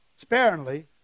sparingly